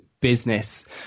business